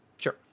Sure